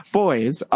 boys